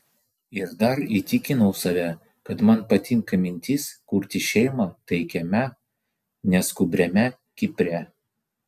ir dar įtikinau save kad man patinka mintis kurti šeimą taikiame neskubriame kipre